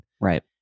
right